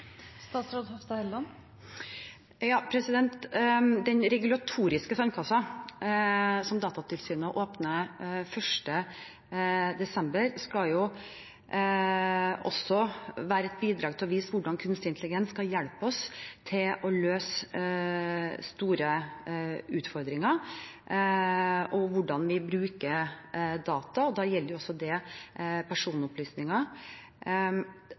Den regulatoriske sandkassen som Datatilsynet åpner 1. desember, skal også være et bidrag til å vise hvordan kunstig intelligens kan hjelpe oss til å løse store utfordringer, og hvordan vi bruker data. Da gjelder det også personopplysninger.